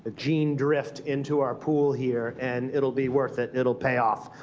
gene drift into our pool here. and it'll be worth it. it'll pay off.